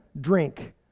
drink